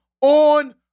on